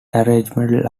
arrangement